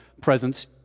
presence